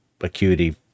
acuity